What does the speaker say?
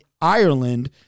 Ireland